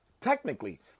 technically